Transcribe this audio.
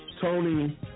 Tony